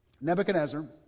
Nebuchadnezzar